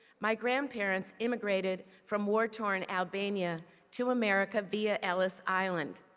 my grandparents immigrated from war-torn albania to america, via ellis island.